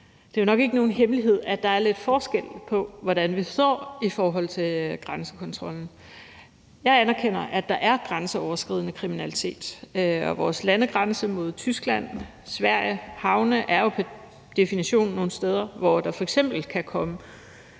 Det er nok ingen hemmelighed, at der er lidt forskel på, hvordan vi står i forhold til grænsekontrollen. Jeg anerkender, at der er grænseoverskridende kriminalitet af vores landegrænse mod Tyskland og Sverige – havne er jo pr. definition nogle steder, hvor der f.eks. kan komme